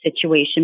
situation